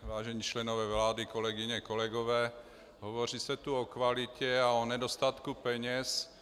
Vážení členové vlády, kolegyně, kolegové, hovoří se tu o kvalitě a o nedostatku peněz.